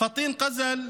פטין קזל,